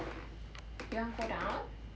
you want go down